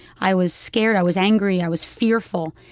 i was scared. i was angry. i was fearful.